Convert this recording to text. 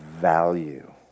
value